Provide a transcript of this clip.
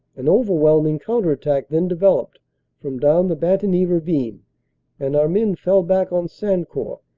an overwhelming counter-attack then developed from down the bantigny ravine and our men fell back on san court,